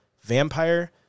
vampire